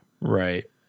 Right